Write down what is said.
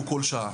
הוא כל שעה.